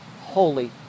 holy